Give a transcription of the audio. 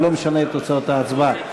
אבל לא משנה את תוצאות ההצבעה.